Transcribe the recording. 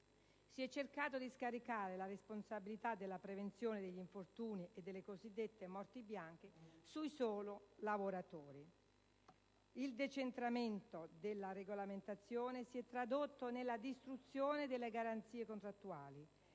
si è cercato di scaricare la responsabilità della prevenzione degli infortuni e delle cosiddette morti bianche sui soli lavoratori. Il decentramento della regolamentazione si è tradotto nella distruzione delle garanzie contrattuali,